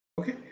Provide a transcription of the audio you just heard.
Okay